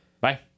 bye